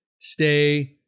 stay